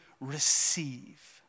receive